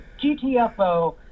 gtfo